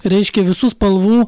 reiškia visų spalvų